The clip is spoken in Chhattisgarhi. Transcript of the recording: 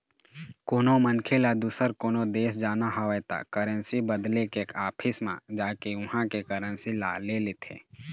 कोनो मनखे ल दुसर कोनो देश जाना हवय त करेंसी बदले के ऑफिस म जाके उहाँ के करेंसी ल ले लेथे